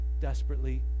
desperately